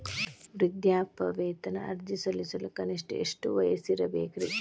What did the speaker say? ವೃದ್ಧಾಪ್ಯವೇತನ ಅರ್ಜಿ ಸಲ್ಲಿಸಲು ಕನಿಷ್ಟ ಎಷ್ಟು ವಯಸ್ಸಿರಬೇಕ್ರಿ?